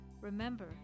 Remember